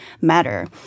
matter